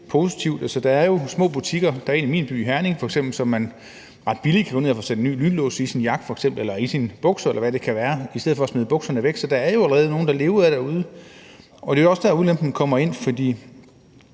positivt. Der er jo små butikker – f.eks. i min by, Herning – hvor man kan gå ned og ret billigt få sat en ny lynlås i f.eks. sin jakke eller i sine bukser, eller hvad det kan være, i stedet for at smide det væk. Så der er jo allerede nogle, der lever af det derude, og det er jo også der, ulempen kommer ind, for